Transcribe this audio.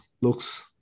looks